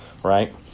Right